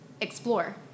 explore